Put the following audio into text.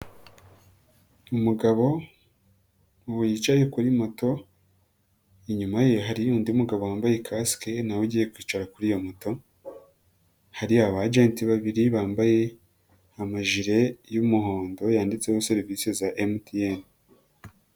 Umugabo wicaye kuri moto, inyuma ye hari n'undi mugabo wambaye kasike na we ugiye kwicara kuri iyo moto, hari abajenti babiri bambaye amajire y'umuhondo yanditseho serivisi za MTN.